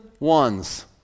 ones